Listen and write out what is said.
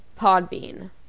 Podbean